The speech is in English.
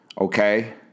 okay